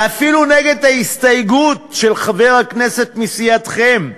ואפילו להסתייגות של חבר הכנסת מסיעתכם,